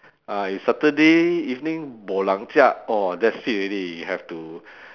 ah if saturday evening that's it already you have to